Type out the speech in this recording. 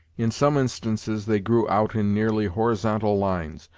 in some instances they grew out in nearly horizontal lines,